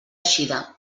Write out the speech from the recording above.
eixida